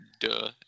duh